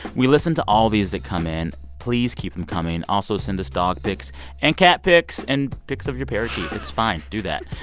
we listen to all these that come in. please keep them coming. also, send us dog pics and cat pics and pics of your parakeet. it's fine. do that.